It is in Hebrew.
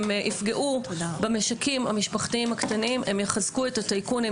יפגעו במשקים המשפחתיים הקטנים ויחזקו את הטייקונים,